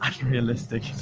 unrealistic